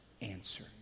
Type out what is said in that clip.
answer